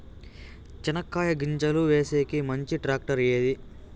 చెనక్కాయ గింజలు వేసేకి మంచి టాక్టర్ ఏది?